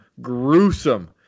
gruesome